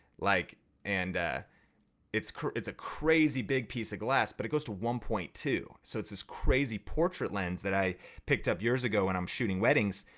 like and it's a crazy big piece of glass but it goes to one point two. so it's this crazy portrait lens that i picked up years ago when i'm shooting weddings,